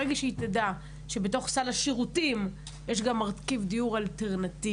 ברגע שהיא תדע שבתוך סל השירותים יש גם מרכיב דיור אלטרנטיבי,